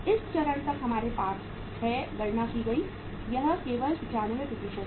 इस चरण तक हमारे पास है गणना की गई यह केवल 95 है